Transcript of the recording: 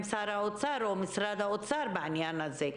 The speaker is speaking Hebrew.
שר האוצר או משרד האוצר בעניין הזה.